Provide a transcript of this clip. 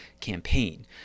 campaign